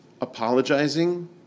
apologizing